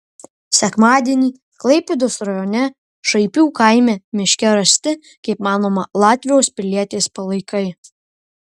sekmadienį klaipėdos rajone šaipių kaime miške rasti kaip manoma latvijos pilietės palaikai